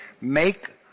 make